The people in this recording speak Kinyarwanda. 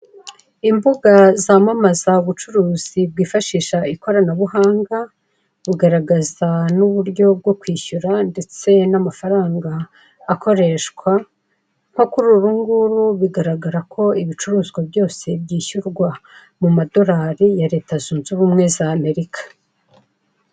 Imbuga zamamaza ubucuruzi bwifashisha ikoranabuhanga, bugaragaza n'uburyo bwo kwishyura ndetse n'amafaranga akoreshwa nko kuri uru nguru bigaragara ko ibicuruzwa byose byishyurwa mu madolari ya leta zunze ubumwe za Amerika.